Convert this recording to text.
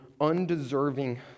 undeserving